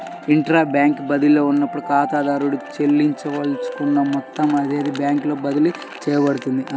intra bank బదిలీలో ఉన్నప్పుడు, ఖాతాదారుడు చెల్లించదలుచుకున్న మొత్తం అదే బ్యాంకులోకి బదిలీ చేయబడుతుంది